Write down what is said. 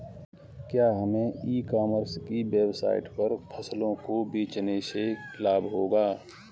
क्या हमें e commerce की वेबसाइट पर फसलों को बेचने से लाभ होगा?